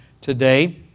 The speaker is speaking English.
today